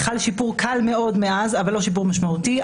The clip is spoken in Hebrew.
חל שיפור קל מאוד מאז אבל לא שיפור משמעותי.